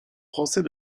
français